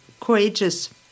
courageous